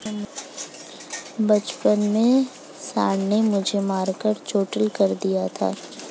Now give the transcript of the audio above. बचपन में सांड ने मुझे मारकर चोटील कर दिया था